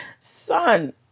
Son